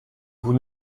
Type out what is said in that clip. vous